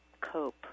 cope